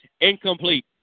Incomplete